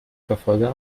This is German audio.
verfolger